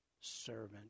Servant